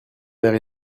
mère